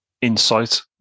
insight